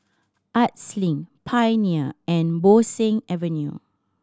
Arts Link Pioneer and Bo Seng Avenue